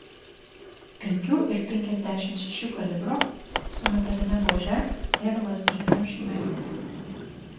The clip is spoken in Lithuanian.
penkių ir penkiasdešimt šešių kalibro su metaline buože ir lazeriniu žymekliu